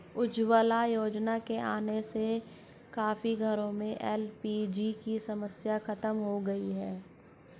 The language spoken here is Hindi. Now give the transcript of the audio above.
उज्ज्वला योजना के आने से काफी घरों में एल.पी.जी की समस्या खत्म हो गई